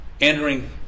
entering